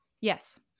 yes